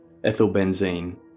ethylbenzene